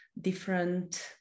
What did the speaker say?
different